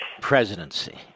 presidency